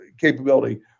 capability